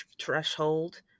threshold